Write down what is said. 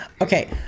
Okay